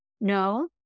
No